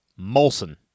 Molson